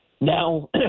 now